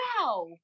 wow